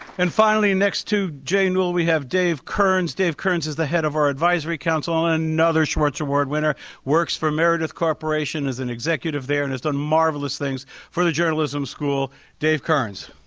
and finally next to jane well we have dave kern's dave currents as the head of our advisory council and another schwartz award winner works for meredith corporation as an executive there and has done marvelous things for the journalism school dave kern's